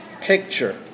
picture